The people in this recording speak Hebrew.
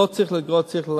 לא צריך להנמיך,